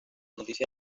noticia